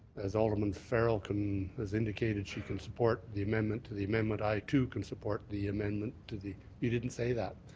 as alderman farrell has indicated she can support the amendment to the amendment, i too can support the amendment to the you didn't say that?